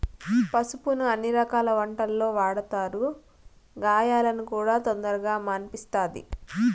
పసుపును అన్ని రకాల వంటలల్లో వాడతారు, గాయాలను కూడా తొందరగా మాన్పిస్తది